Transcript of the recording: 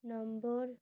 number